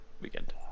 weekend